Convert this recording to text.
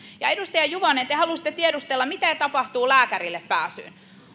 edustaja juvonen te halusitte tiedustella mitä tapahtuu lääkärillepääsylle